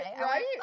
Right